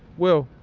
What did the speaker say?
well,